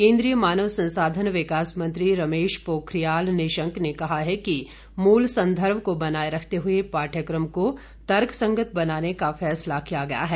केन्द्रीय मानव संसाधन विकास मंत्री रमेश पोखरियाल निशंक ने कहा है कि मूल संदर्भ को बनाए रखते हुए पाठ्यक्रम को तर्कसंगत बनाने का फैसला किया गया है